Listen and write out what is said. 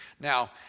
Now